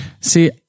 See